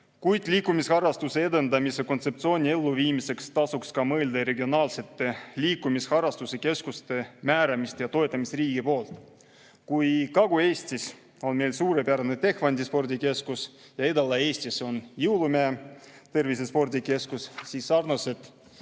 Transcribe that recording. Kuid liikumisharrastuse edendamise kontseptsiooni elluviimiseks tasuks mõelda ka regionaalsete liikumisharrastuse keskuste määramisele ja toetamisele riigi poolt. Kui Kagu-Eestis on meil suurepärane Tehvandi Spordikeskus ja Edela-Eestis on Jõulumäe Tervisespordikeskus, siis sarnased